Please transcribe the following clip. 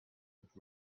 with